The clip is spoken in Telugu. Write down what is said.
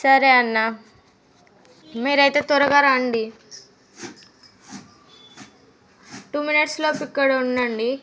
సరే అన్న మీరయితే త్వరగా రండి టూ మినిట్స్ లోపు ఇక్కడుండండి